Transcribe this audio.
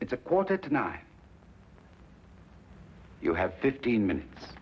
it's a quarter to nine you have fifteen minutes